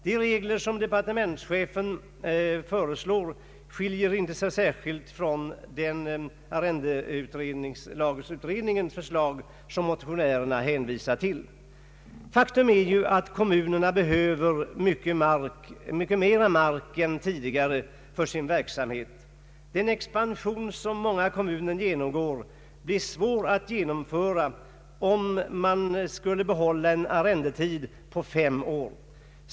De regler som departementschefen föreslår skiljer sig inte särskilt mycket från arrendelagsutredningens förslag, som motionärerna hänvisar till. Ett faktum är ju att kommunerna numera behöver mycket mera mark än tidigare för sin verksamhet. Den expansion som många kommuner genomgår blir svår att genomföra, om man behåller en arrendetid på minst fem år.